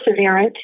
perseverant